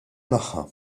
magħha